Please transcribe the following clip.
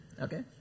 Okay